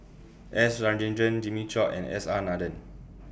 S Rajendran Jimmy Chok and S R Nathan